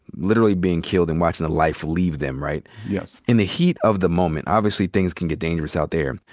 literally being killed and watching the life leave them, right? yes. in the heat of the moment, obviously things can get dangerous out there.